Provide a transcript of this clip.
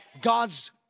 God's